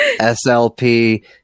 SLP